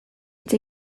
hitz